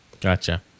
Gotcha